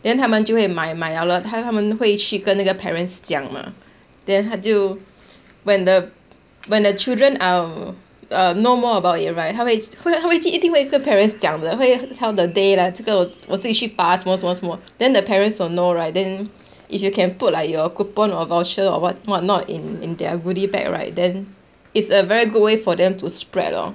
then 他们就会买买了了他们会去跟那个 parents 讲 mah then 他就 when the when the children um err know more about it right 他们他们去一定会跟 parents 讲的会 how's the day lah 这个我自己去拔什么什么什么 then the parents will know right then if you can put your coupon or voucher or [what] what not in in their goodie bag right then it's a very good way for them to spread lor